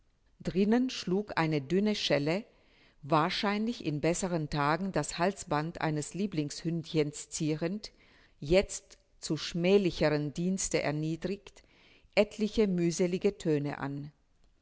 drinnen schlug eine dünne schelle wahrscheinlich in besseren tagen das halsband eines lieblingshündchens zierend jetzt zu schmählicherem dienste erniedrigt etliche mühselige töne an